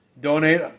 Donate